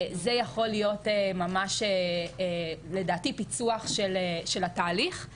זה יכול להיות ממש לדעתי פיצוח של התהליך,